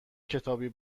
کتابی